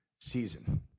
season